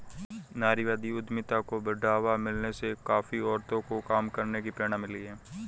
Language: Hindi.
नारीवादी उद्यमिता को बढ़ावा मिलने से काफी औरतों को काम करने की प्रेरणा मिली है